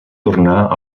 tornar